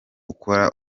ukora